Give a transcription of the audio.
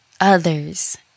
others